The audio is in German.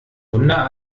wunder